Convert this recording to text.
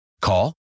Call